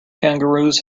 kangaroos